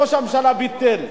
ראש הממשלה ביטל,